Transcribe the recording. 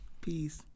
Peace